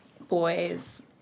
boys